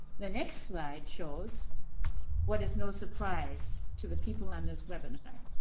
the next slide shows what is no surprise to the people on this webinar.